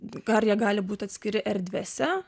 gal jie gali būt atskiri erdvėse